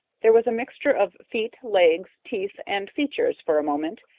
there was a mixture of feet, legs, teeth, and features for a moment,